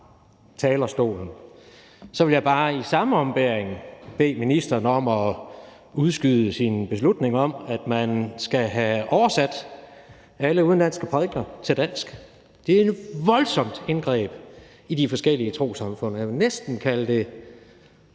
talerstolen, vil jeg bare i samme ombæring bede ministeren om at udskyde sin beslutning om, at man skal have oversat alle udenlandske prædikener til dansk. Det er et voldsomt indgreb i de forskellige trossamfund. Jeg vil næsten kalde det